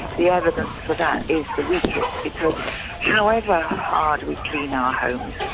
the evidence for that is the weakest. because however hard we clean our homes,